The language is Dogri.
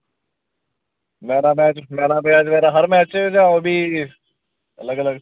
मैन आफॅ दा मैच बगैरा हर मैच च जां ओह्बी अलग अलग